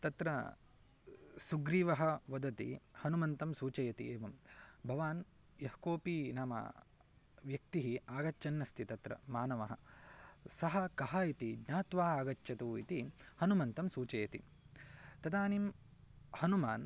तत्र सुग्रीवः वदति हनुमन्तं सूचयति एवं भवान् यः कोऽपि नाम व्यक्तिः आगच्छन् अस्ति तत्र मानवः सः कः इति ज्ञात्वा आगच्छतु इति हनुमन्तं सूचयति तदानीं हनुमान्